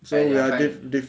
and your back